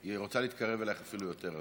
היא רוצה להתקרב אלייך אפילו יותר,